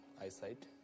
eyesight